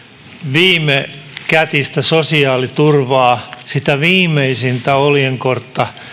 viimekätistä sosiaaliturvaa sitä viimeisintä oljenkortta jakavat ne